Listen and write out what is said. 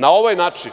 Na ovaj način